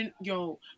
Yo